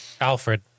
Alfred